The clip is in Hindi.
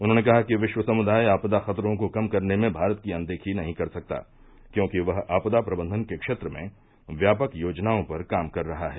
उन्होंने कहा कि विश्व समुदाय आपदा खतरों को कम करने में भारत की अनदेखी नहीं कर सकता क्योंकि वह आपदा प्रबंधन के क्षेत्र में व्यापक योजनाओं पर काम कर रहा है